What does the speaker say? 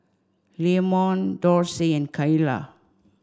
Leamon Dorsey and Kaela